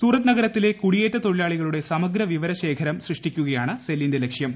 സൂറത്ത് നഗരത്തിലെ കുടിയേറ്റ തൊഴിലാളികളുടെ സമഗ്ര വിവര ശേഖരം സൃഷ്ടിക്കുകയാണ് സെല്ലിന്റെ ലക്ഷ്യം